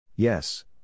Yes